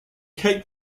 cape